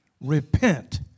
Repent